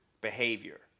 behavior